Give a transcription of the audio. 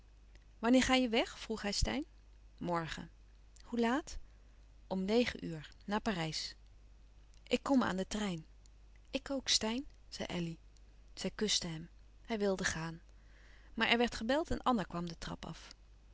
wanneer ga je weg vroeg hij steyn morgen louis couperus van oude menschen de dingen die voorbij gaan hoe laat om negen uur naar parijs ik kom aan den trein ik ook steyn zei elly zij kuste hem hij wilde gaan maar er werd gebeld en anna kwam de trap af